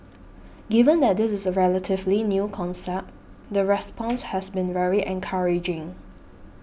given that this is a relatively new concept the response has been very encouraging